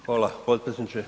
Hvala potpredsjedniče.